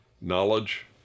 knowledge